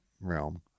realm